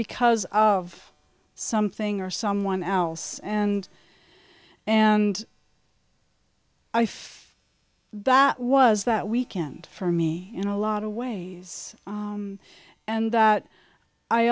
because of something or someone else and and i feel that was that weekend for me in a lot of ways and that i